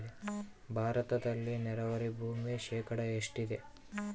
ಭಾರತದಲ್ಲಿ ನೇರಾವರಿ ಭೂಮಿ ಶೇಕಡ ಎಷ್ಟು ಇದೆ?